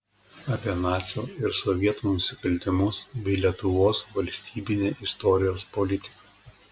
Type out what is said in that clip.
apie nacių ir sovietų nusikaltimus bei lietuvos valstybinę istorijos politiką